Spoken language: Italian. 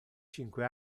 cinque